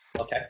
Okay